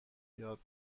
یاد